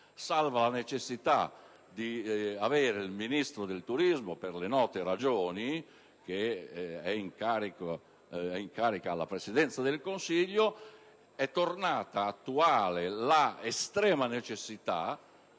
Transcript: Salva la necessità di avere un Ministro del turismo per le note ragioni, in carica alla Presidenza del Consiglio, è tornata attuale l'estrema necessità,